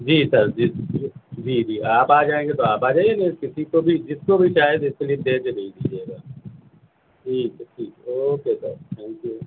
جی sir جی جی جی آپ آجائیں گے تو آپ آجائیے نہیں کسی کو بھی جس کو بھی چاہے سلپ دے کے بھیج دیجیے گا ٹھیک ہے ٹھیک ہے اوکے سر تھینک یو